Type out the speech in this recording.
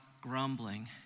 grumbling